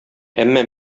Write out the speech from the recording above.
әмма